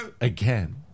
again